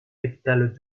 capitale